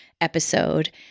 episode